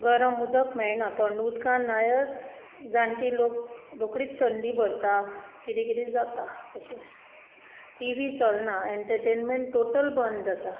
गरम उदक मेळना थंड उदकान न्हांयत जाण्टी लोक रोखडीच थंडी भरता कितें कितें जाता अशें टिवी चलना एण्टर्टेनमॅण्ट टोटल बंद जाता